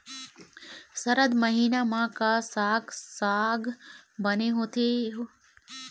सरद महीना म का साक साग बने होथे?